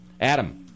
Adam